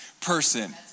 Person